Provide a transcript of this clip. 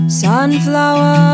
sunflower